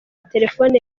telefone